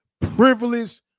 privileged